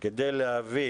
כדי להביא